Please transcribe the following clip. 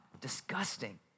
disgusting